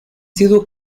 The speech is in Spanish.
sido